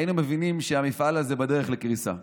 היינו מבינים שהמפעל הזה בדרך לקריסה.